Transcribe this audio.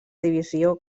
divisió